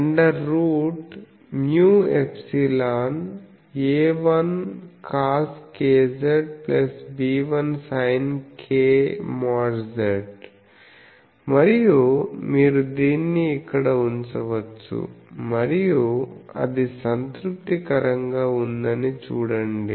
అది Az j √μ∊A1coskzB1sink|z| మరియు మీరు దీన్ని ఇక్కడ ఉంచవచ్చు మరియు అది సంతృప్తికరంగా ఉందని చూడండి